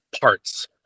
parts